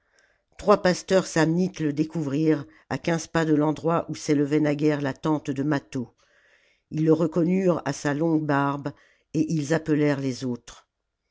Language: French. trois pasteurs samnites le découvrirent à quinze pas de l'endroit oii s'élevait naguère la tente de mâtho ils le reconnurent à sa longue barbe et ils appelèrent les autres